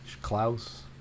Klaus